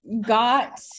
got